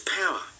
power